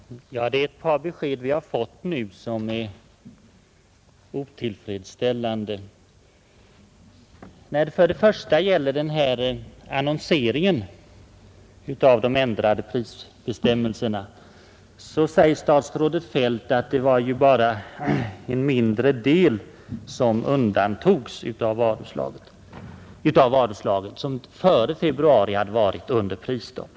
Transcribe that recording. Herr talman! Det är ett par besked vi nu har fått som är otillfredsställande. När det först gäller annonseringen av de ändrade prisbestämmelserna, så säger statsrådet Feldt att det var ju bara en mindre del som undantogs av de varuslag som före februari hade varit under prisstopp.